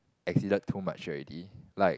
existed too much already like